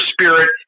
spirit